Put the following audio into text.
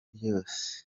ryose